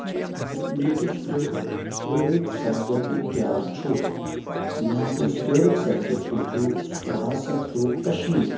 مےٚ کیاہ چھُ فیٚو فیورِٹ سَبجکٹ کیاہ چھُ مےٚ سا یُس فیورِٹ سَبجکٹ چھُ سُہ ہسا چھُ کَشمیٖری